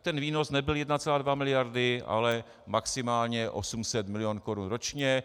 Ten výnos nebyl 1,2 miliardy, ale maximálně 800 milionů korun ročně.